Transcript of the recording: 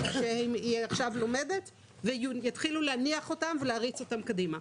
שהיא עכשיו לומדת ויתחילו להניח אותם ולהריץ אותם קדימה.